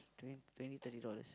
t~ twenty thirty dollars